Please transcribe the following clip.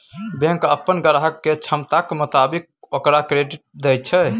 bank अप्पन ग्राहक केर क्षमताक मोताबिक ओकरा क्रेडिट दय छै